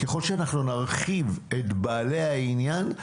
ככל שאנחנו נרחיב את בעלי העניין,